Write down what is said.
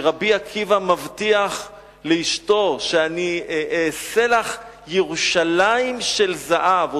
שרבי עקיבא מבטיח לאשתו: אני אעשה לך ירושלים של זהב,